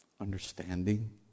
understanding